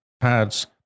pads